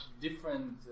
different